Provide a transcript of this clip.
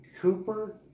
cooper